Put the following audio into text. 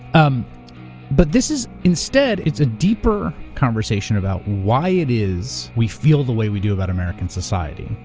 um but this is, instead, it's a deeper conversation about why it is we feel the way we do about american society,